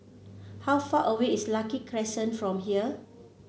how far away is Lucky Crescent from here